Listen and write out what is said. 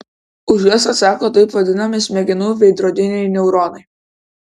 už jas atsako taip vadinami smegenų veidrodiniai neuronai